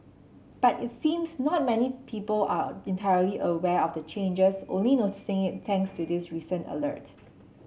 but it seems not many people are a entirely aware of the changes only noticing it thanks to this recent alert